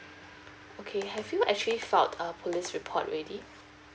okay have you actually filed a police report already